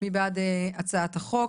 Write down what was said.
מי בעד הצעת החוק?